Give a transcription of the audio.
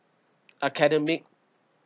academic